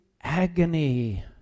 agony